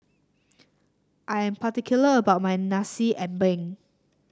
I am particular about my Nasi Ambeng